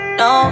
no